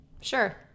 Sure